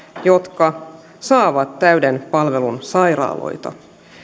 jotka saavat täyden palvelun sairaaloita